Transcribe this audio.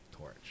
Torch